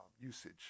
usage